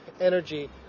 energy